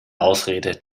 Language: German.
ausrede